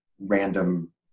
random